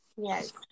Yes